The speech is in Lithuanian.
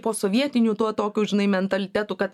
posovietiniu tuo tokiu žinai mentalitetu kad